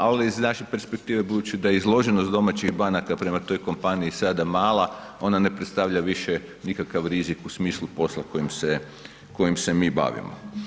Ali s naše perspektive budući da je izloženost domaćih banaka prema toj kompaniji sada mala ona ne predstavlja više nikakav rizik u smislu posla kojim se mi bavimo.